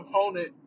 opponent